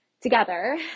together